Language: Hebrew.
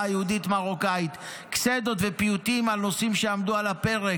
בשפה היהודית מרוקאית: קצידות ופיוטים על נושאים שעמדו על הפרק,